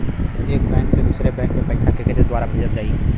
एक बैंक से दूसरे बैंक मे पैसा केकरे द्वारा भेजल जाई?